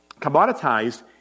commoditized